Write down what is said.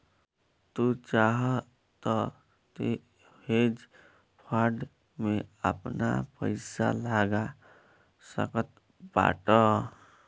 तू चाहअ तअ हेज फंड में आपन पईसा लगा सकत बाटअ